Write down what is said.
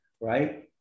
right